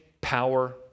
power